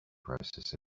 process